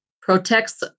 protects